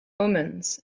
omens